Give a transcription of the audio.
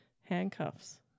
handcuffs